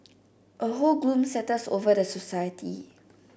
a whole gloom settles over the society